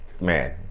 Man